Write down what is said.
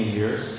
years